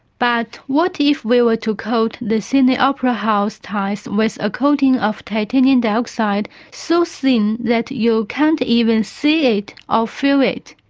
but what if we were to coat the sydney opera house with a coating of titanium dioxide so so thin that you can't even see it or feel it?